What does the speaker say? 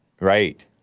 Right